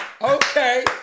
Okay